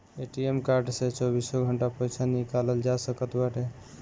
ATM card से चौबीसों घंटा पईसा निकालल जा सकत बाटे